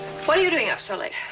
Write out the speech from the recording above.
what are you doing up so late?